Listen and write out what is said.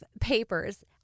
papers